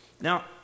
Now